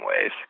ways